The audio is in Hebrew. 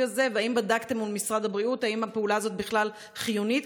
הזה ואם בדקתם מול משרד הבריאות אם הפעולה הזאת בכלל חיונית,